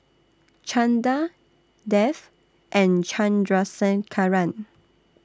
Chanda Dev and Chandrasekaran